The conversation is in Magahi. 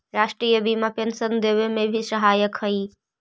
राष्ट्रीय बीमा पेंशन देवे में भी सहायक हई